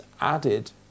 added